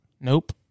Nope